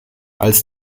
als